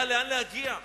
היה לאן להגיע.